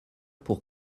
pour